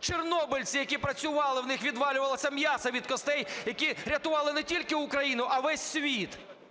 Чорнобильці, які працювали, в них відвалювалося м'ясо від костей, які рятували не тільки Україну, а весь світ.